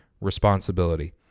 responsibility